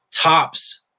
Tops